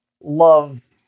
love